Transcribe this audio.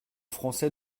français